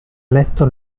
letto